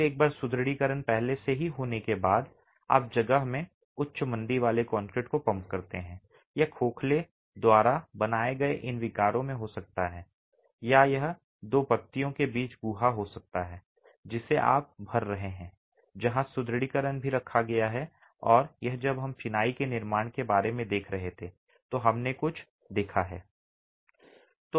और फिर एक बार सुदृढीकरण पहले से ही होने के बाद आप जगह में उच्च मंदी वाले कंक्रीट को पंप करते हैं यह खोखले द्वारा बनाए गए इन विकारों में हो सकता है या यह दो पत्तियों के बीच गुहा हो सकता है जिसे आप भर रहे हैं जहां सुदृढीकरण भी रखा गया है और यह जब हम चिनाई के निर्माण के बारे में देख रहे थे तो हमने कुछ देखा है